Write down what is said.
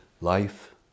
Life